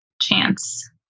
chance